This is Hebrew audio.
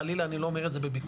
חלילה אני לא אומר את זה בביקורת,